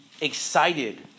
excited